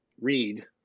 read